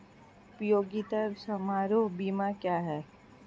उपयोगिता समारोह बीमा क्या है?